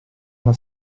alla